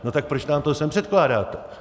No tak proč nám to sem předkládáte?